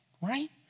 right